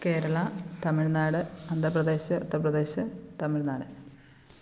Kerala Tamil Nadu Andhra Pradesh Uttar Pradesh Tamil Nadu